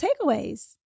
takeaways